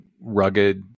rugged